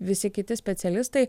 visi kiti specialistai